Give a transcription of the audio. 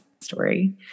story